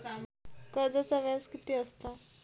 कर्जाचा व्याज कीती असता?